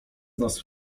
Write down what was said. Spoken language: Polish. nas